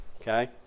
okay